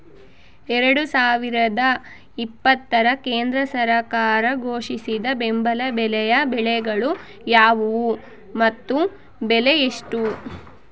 ಎರಡು ಸಾವಿರದ ಇಪ್ಪತ್ತರ ಕೇಂದ್ರ ಸರ್ಕಾರ ಘೋಷಿಸಿದ ಬೆಂಬಲ ಬೆಲೆಯ ಬೆಳೆಗಳು ಯಾವುವು ಮತ್ತು ಬೆಲೆ ಎಷ್ಟು?